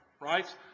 right